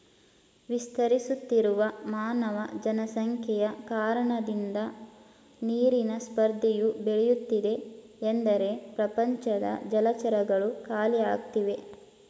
ವಿಸ್ತರಿಸುತ್ತಿರುವ ಮಾನವ ಜನಸಂಖ್ಯೆಯ ಕಾರಣದಿಂದ ನೀರಿನ ಸ್ಪರ್ಧೆಯು ಬೆಳೆಯುತ್ತಿದೆ ಎಂದರೆ ಪ್ರಪಂಚದ ಜಲಚರಗಳು ಖಾಲಿಯಾಗ್ತಿವೆ